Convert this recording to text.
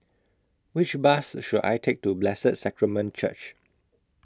Which Bus should I Take to Blessed Sacrament Church